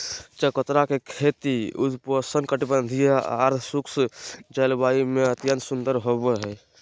चकोतरा के खेती उपोष्ण कटिबंधीय, अर्धशुष्क जलवायु में अत्यंत सुंदर होवई हई